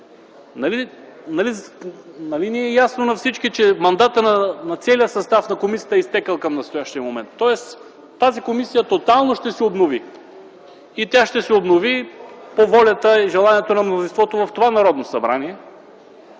нали ни е ясно на всички, че мандатът на целия състав на комисията е изтекъл към настоящия момент? Тази комисия тотално ще се обнови и то по волята и желанието на мнозинството в това Народно събрание.